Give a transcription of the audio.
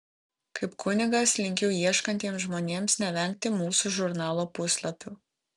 kaip kunigas linkiu ieškantiems žmonėms nevengti mūsų žurnalo puslapių